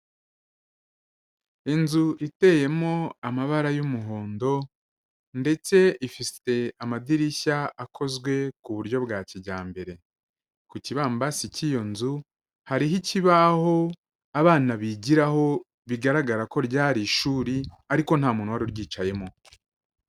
Inzu iteyemo amabara y'umuhondo ndetse ifite amadirishya akozwe ku buryo bwa kijyambere, ku kibambasi cy'iyo nzu hariho ikibaho abana bigiraho bigaragara ko ryari ishuri ariko nta muntu wari uryicayemo.